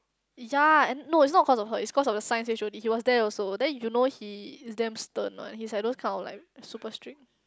ya and no it's not cause of her it's cause of the science H_O_D he was there also then you know he damn stern one he's that kind like super strict